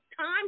time